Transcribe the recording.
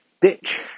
ditch